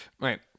right